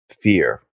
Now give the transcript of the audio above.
fear